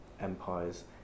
empires